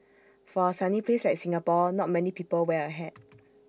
for A sunny place like Singapore not many people wear A hat